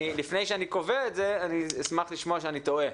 לפני שאני קובע את זה, אני אשמח לשמוע שאני טועה.